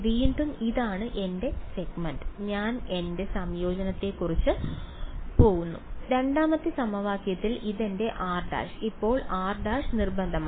വീണ്ടും ഇതാണ് എന്റെ സെഗ്മെന്റ് ഞാൻ എന്റെ സംയോജനത്തെക്കുറിച്ച് പോകുന്നു രണ്ടാമത്തെ സമവാക്യത്തിൽ ഇത് എന്റെ r′ ഇപ്പോൾ r′ നിർബന്ധമാണ്